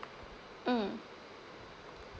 mm